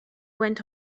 went